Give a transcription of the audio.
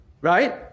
right